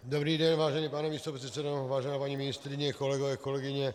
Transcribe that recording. Dobrý den, vážený pane místopředsedo, vážená paní ministryně, kolegyně, kolegové.